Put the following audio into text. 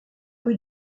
rue